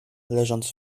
leżąc